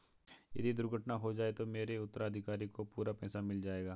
यदि दुर्घटना हो जाये तो मेरे उत्तराधिकारी को पूरा पैसा मिल जाएगा?